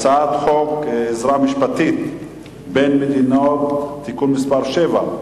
הצעת חוק עזרה משפטית בין מדינות (תיקון מס' 7)